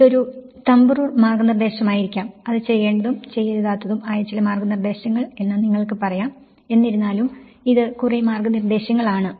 ഇതൊരു thumb rule മാർഗ്ഗനിർദ്ദേശമായിരിക്കാം അത് ചെയ്യേണ്ടതും ചെയ്യരുതാത്തതും ആയ ചില മാർഗ്ഗനിർദ്ദേശങ്ങൾ എന്ന് നിങ്ങൾക്ക് പറയാം എന്നിരുന്നാലും ഇത് കുറെ മാർഗ്ഗനിർദ്ദേശങ്ങൾ ആണ്